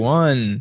one